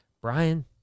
Brian